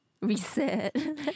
reset